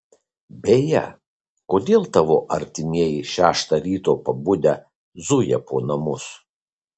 beje kodėl tavo artimieji šeštą ryto pabudę zuja po namus